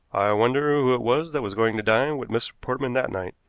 i wonder who it was that was going to dine with mr. portman that night.